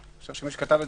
מי שכתב את